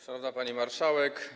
Szanowna Pani Marszałek!